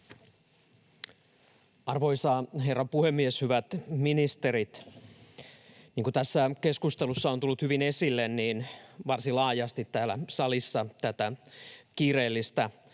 Arvoisa herra puhemies! Hyvät ministerit! Niin kuin tässä keskustelussa on tullut hyvin esille, varsin laajasti täällä salissa tätä kiireellistä operaatiota